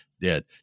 dead